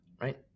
right